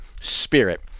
spirit